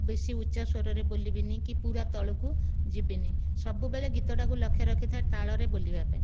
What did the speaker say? ବେଶୀ ଉଚ୍ଚ ସ୍ୱରରେ ବୋଲିବିନି କି ପୁରା ତଳକୁ ଯିବିନି ସବୁବେଳେ ଗୀତଟାକୁ ଲକ୍ଷ ରଖିଥାଏ ତାଳରେ ବୋଲିବା ପାଇଁ